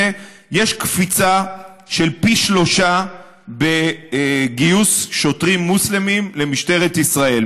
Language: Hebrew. יש קפיצה של פי שלושה בגיוס שוטרים מוסלמים למשטרת ישראל.